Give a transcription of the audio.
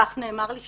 כך נאמר לי,